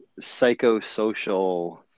psychosocial